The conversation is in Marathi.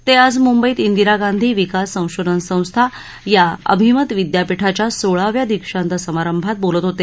ते आज मुंबईत इंदिरा गांधी विकास संशोधन संस्था या अभिमत विद्यापिठाच्या सोळाव्या दीक्षांत समारंभात बोलत होते